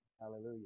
Hallelujah